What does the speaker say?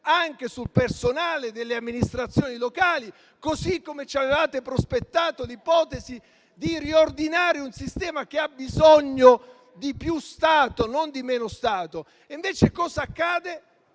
anche sul personale delle amministrazioni locali, così come ci avevate prospettato l'ipotesi di riordinare un sistema che ha bisogno di più Stato, non di meno Stato. Invece, cosa accade